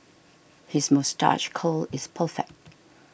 his moustache curl is perfect